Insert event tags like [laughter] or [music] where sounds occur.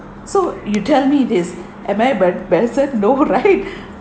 so you tell me this am I bad person no right [laughs]